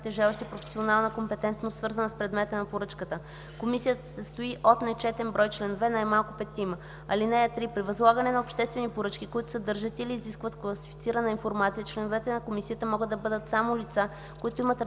лица, притежаващи професионална компетентност, свързана с предмета на поръчката. Комисията се състои от нечетен брой членове – най-малко петима. (3) При възлагане на обществени поръчки, които съдържат или изискват класифицирана информация, членове на комисията могат да бъдат само лица, които имат разрешение